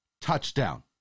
touchdown